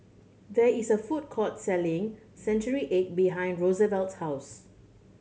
there is a food court selling century egg behind Rosevelt's house